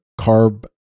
carb